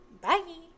Bye